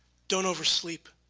don't oversleep,